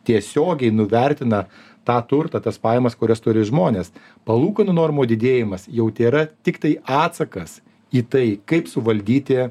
tiesiogiai nuvertina tą turtą tas pajamas kurias turi žmonės palūkanų normų didėjimas jau tėra tiktai atsakas į tai kaip suvaldyti